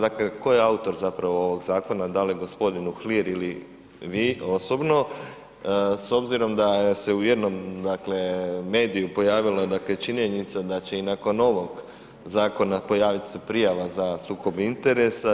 Dakle tko je autor zapravo ovog zakona, da li gospodin Uhlir ili vi osobno s obzirom da se u jednom mediju pojavila činjenica da će i nakon ovog zakona pojavit se prijava za sukob interesa.